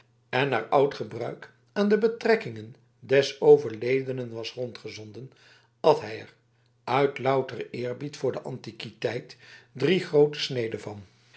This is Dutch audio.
en naar oud gebruik aan de betrekkingen des overledenen was rondgezonden at hij er uit louteren eerbied voor de antiquiteit drie groote sneden van